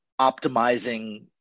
optimizing